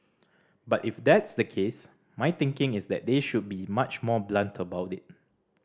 but if that's the case my thinking is that they should be much more blunt about it